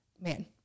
man